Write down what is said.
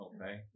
okay